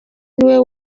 niwe